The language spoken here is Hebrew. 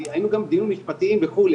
כי היינו גם בדיונים משפטיים וכו',